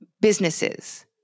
businesses